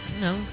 No